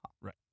Right